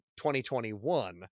2021